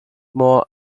more